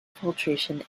filtration